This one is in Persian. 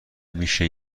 میشه